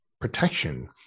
protection